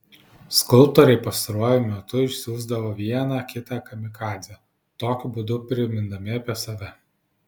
skulptoriai pastaruoju metu išsiųsdavo vieną kitą kamikadzę tokiu būdu primindami apie save